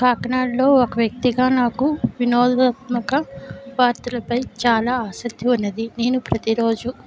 కాకినాడలో ఒక వ్యక్తిగా నాకు వినోదాత్మక పాత్రలపై చాలా ఆసక్తి ఉన్నది నేను ప్రతిరోజూ